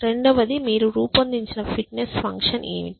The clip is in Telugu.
రెండవది మీరు రూపొందించిన ఫిట్నెస్ ఫంక్షన్ ఏమిటి